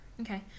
okay